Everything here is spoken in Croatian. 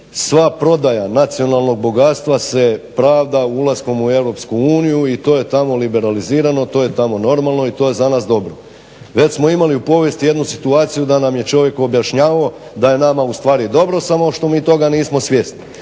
sva prodaja nacionalnog bogatstva se pravda ulaskom u EU i to je tamo liberalizirano, to je tamo normalno i to je za nas dobro. Već smo imali u povijesti jednu situaciju da nam je čovjek objašnjavao da je nama u stvari dobro samo što mi toga nismo svjesni.